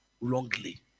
wrongly